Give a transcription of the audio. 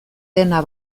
dena